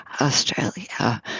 Australia